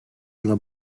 yıla